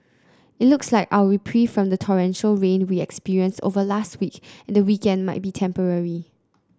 it looks like our reprieve from the torrential rain we experienced over last week and the weekend might be temporary